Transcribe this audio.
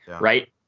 right